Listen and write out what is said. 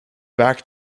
back